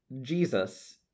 Jesus